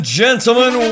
gentlemen